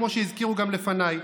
כמו שהזכירו גם לפניי.